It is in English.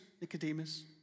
Nicodemus